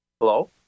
Hello